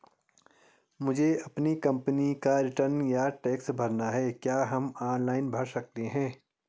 मुझे अपनी कंपनी का रिटर्न या टैक्स भरना है क्या हम ऑनलाइन भर सकते हैं?